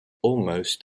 almost